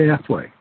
pathway